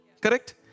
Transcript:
correct